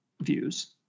views